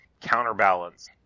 Counterbalance